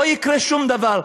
לא יקרה שום דבר,